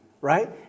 right